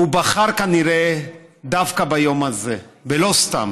והוא בחר כנראה דווקא ביום הזה, ולא סתם.